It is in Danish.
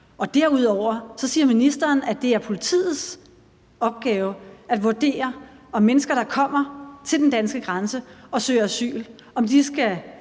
For det andet siger ministeren, at det er politiets opgave at vurdere, om mennesker, der kommer til den danske grænse og søger asyl, skal